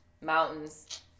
Mountains